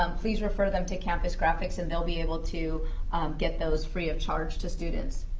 um please refer them to campus graphics, and they'll be able to get those free of charge to students.